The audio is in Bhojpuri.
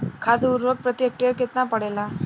खाध व उर्वरक प्रति हेक्टेयर केतना पड़ेला?